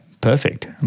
perfect